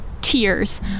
tears